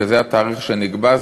שזה התאריך שנקבע,